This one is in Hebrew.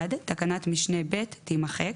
תקנת משנה (ב) תימחק.